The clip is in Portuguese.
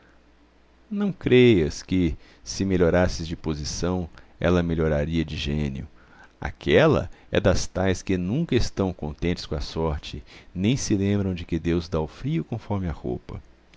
não creias que se melhorasses de posição ela melhoraria de gênio aquela é das tais que nunca estão contentes com a sorte nem se lembram de que deus dá o frio conforme a roupa